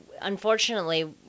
unfortunately